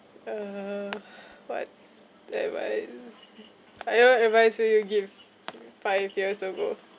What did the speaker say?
uh what's advice like what advice will you give to you five years ago